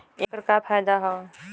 ऐकर का फायदा हव?